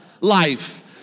life